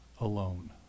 alone